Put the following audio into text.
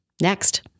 next